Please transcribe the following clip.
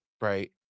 right